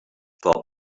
thought